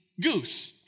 goose